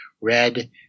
red